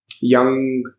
young